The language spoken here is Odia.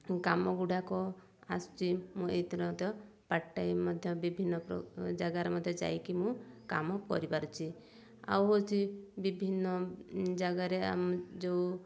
କାମ ଗୁଡ଼ାକ ଆସୁଛି ମୁଁ ଏଇଥିରେ ମଧ୍ୟ ପାଟ୍ ଟାଇମ୍ ମଧ୍ୟ ବିଭିନ୍ନ ଜାଗାରେ ମଧ୍ୟ ଯାଇକି ମୁଁ କାମ କରିପାରୁଛି ଆଉ ହଉଛି ବିଭିନ୍ନ ଜାଗାରେ ଆମ ଯେଉଁ